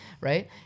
right